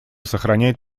сохраняет